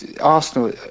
Arsenal